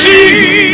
Jesus